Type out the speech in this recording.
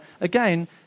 again